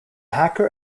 hacker